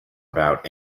about